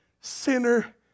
sinner